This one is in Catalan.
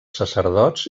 sacerdots